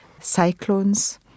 cyclones